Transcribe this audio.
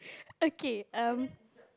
okay um